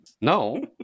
No